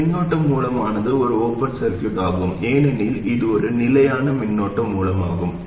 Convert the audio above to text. இந்த மின்னோட்ட மூலமானது ஒரு ஓபன் சர்கியூட் ஆகும் ஏனெனில் இது ஒரு நிலையான மின்னோட்ட மூலமாகும்